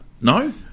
No